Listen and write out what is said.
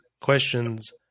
questions